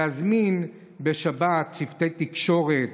להזמין בשבת צוותי תקשורת,